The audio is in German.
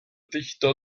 dichter